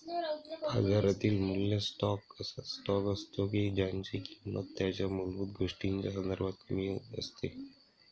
बाजारातील मूल्य स्टॉक असा स्टॉक असतो की ज्यांची किंमत त्यांच्या मूलभूत गोष्टींच्या संदर्भात कमी असते